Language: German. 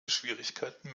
schwierigkeiten